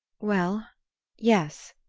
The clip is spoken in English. well yes,